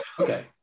okay